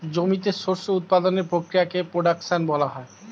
জমিতে শস্য উৎপাদনের প্রক্রিয়াকে প্রোডাকশন বলা হয়